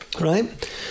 right